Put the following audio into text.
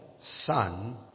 Son